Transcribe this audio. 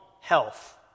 health